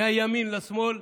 מהימין לשמאל,